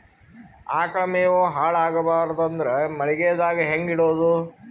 ಆಕಳ ಮೆವೊ ಹಾಳ ಆಗಬಾರದು ಅಂದ್ರ ಮಳಿಗೆದಾಗ ಹೆಂಗ ಇಡೊದೊ?